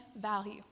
value